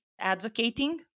advocating